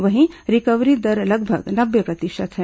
वहीं रिकवरी दर लगभग नब्बे प्रतिशत है